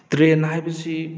train ꯍꯥꯏꯕꯁꯤ